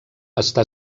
està